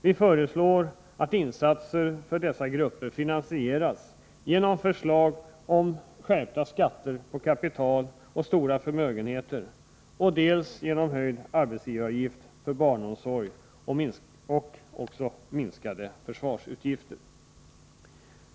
Vi föreslår att insatserna för dessa grupper finansieras genom förslag om skärpta skatter på kapital och stora förmögenheter, en höjd arbetsgivaravgift för barnomsorgen och minskade försvarsutgifter.